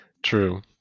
True